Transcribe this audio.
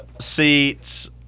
seats